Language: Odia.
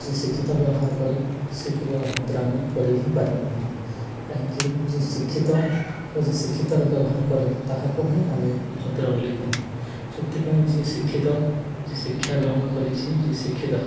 ଯିଏ ଶିକ୍ଷିତ ବ୍ୟବହାର କରେ ସେ କେବେ ଭଦ୍ରାମି କରି ହିଁ ପାରିବ ନାହିଁ କାହିଁକି ଯିଏ ଶିକ୍ଷିତ ଓ ଯେ ଶିକ୍ଷିତର ବ୍ୟବହାର କରେ ତାହାକୁ ହିଁ ଆମେ ଭଦ୍ର ବୋଲି କହୁ ସେଥିପାଇଁ ଯିଏ ଶିକ୍ଷିତ ଯିଏ ଶିକ୍ଷା ଗ୍ରହଣ କରିଛି ଯିଏ ଶିକ୍ଷିତ